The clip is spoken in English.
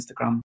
instagram